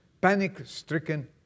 panic-stricken